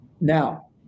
Now